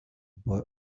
boy